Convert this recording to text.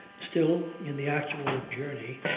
still, in the actual journey,